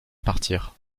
partir